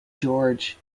george